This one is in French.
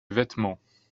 vêtements